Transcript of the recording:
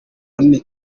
hanini